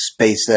SpaceX